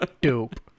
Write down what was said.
dope